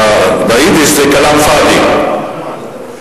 ביידיש זה כלאם פאד'י.